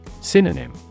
Synonym